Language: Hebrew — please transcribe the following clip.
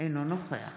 אינו נוכח